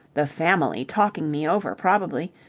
the family talking me over, probably.